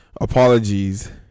apologies